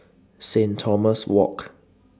Saint Thomas Walk